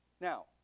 Now